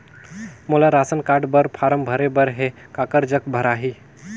मोला ration card बर form भरे बर हे काकर जग भराही?